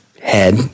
head